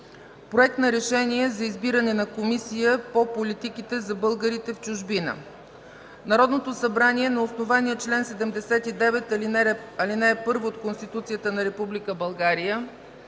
„Проект! РЕШЕНИЕ за избиране на Комисия по политиките за българите в чужбина Народното събрание на основание чл. 79, ал. 1 от Конституцията на Република